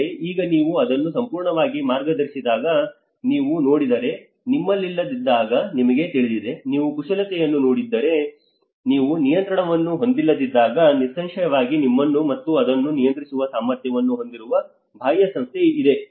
ಆದರೆ ಈಗ ನೀವು ಅದನ್ನು ಸಂಪೂರ್ಣವಾಗಿ ಮಾರ್ಗದರ್ಶಿಸಿದಾಗ ನೀವು ನೋಡಿದರೆ ನಿಮ್ಮಲ್ಲಿಲ್ಲದಿದ್ದಾಗ ನಿಮಗೆ ತಿಳಿದಿದೆ ನೀವು ಕುಶಲತೆಯನ್ನು ನೋಡಿದರೆ ನೀವು ನಿಯಂತ್ರಣವನ್ನು ಹೊಂದಿಲ್ಲದಿದ್ದಾಗ ನಿಸ್ಸಂಶಯವಾಗಿ ನಿಮ್ಮನ್ನು ಮತ್ತು ಅದನ್ನು ನಿಯಂತ್ರಿಸುವ ಸಾಮರ್ಥ್ಯವನ್ನು ಹೊಂದಿರುವ ಬಾಹ್ಯ ಸಂಸ್ಥೆ ಇದೆ